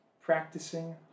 practicing